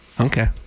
Okay